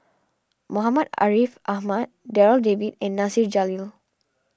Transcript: Muhammad Ariff Ahmad Darryl David and Nasir Jalil